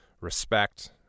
respect